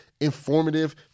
informative